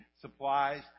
supplies